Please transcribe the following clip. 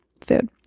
food